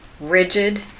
rigid